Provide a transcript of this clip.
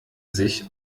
sich